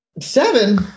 Seven